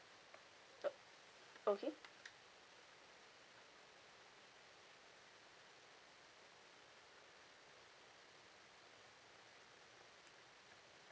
okay